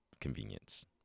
Convenience